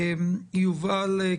יובל,